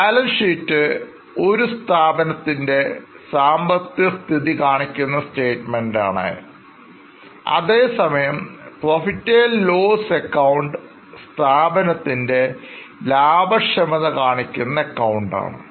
balance ഷീറ്റ്ഒരു സ്ഥാപനത്തിൻറെ സാമ്പത്തികസ്ഥിതി കാണിക്കുന്ന Statementആണ് അതേസമയംപ്രോഫിറ്റ് ആൻഡ് ലോസ് എക്കൌണ്ട് സ്ഥാപനത്തിൻറെ ലാഭക്ഷമത കാണിക്കുന്ന അക്കൌണ്ടാണ്